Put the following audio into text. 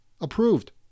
approved